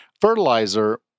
Fertilizer